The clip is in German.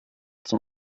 zum